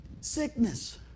sickness